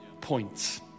points